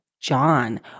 John